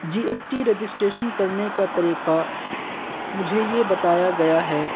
جی S T registration کرنے کا طریقہ مجھے یہ بتایا گیا ہے